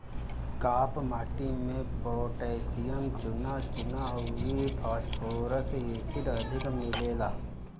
काप माटी में पोटैशियम, चुना, चुना अउरी फास्फोरस एसिड अधिक मिलेला